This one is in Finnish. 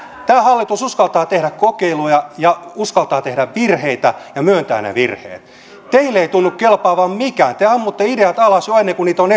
tämä hallitus uskaltaa tehdä kokeiluja ja uskaltaa tehdä virheitä ja myöntää ne virheet teille ei tunnu kelpaavan mikään te ammutte ideat alas jo ennen kuin niitä on